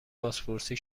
بازپرسی